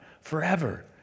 forever